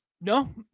No